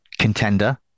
contender